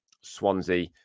Swansea